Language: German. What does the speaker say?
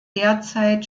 derzeit